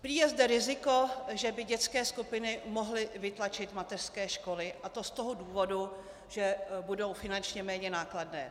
Prý je zde riziko, že by dětské skupiny mohly vytlačit mateřské školy, a to z toho důvodu, že budou finančně méně nákladné.